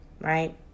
right